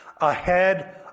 ahead